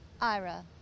Ira